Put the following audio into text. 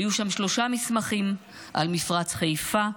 היו שם שלושה מסמכים: על מפרץ חיפה,